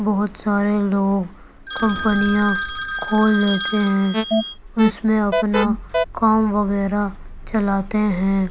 بہت سارے لوگ کمپنیاں کھول لیتے ہیں اور اس میں اپنا کام وغیرہ چلاتے ہیں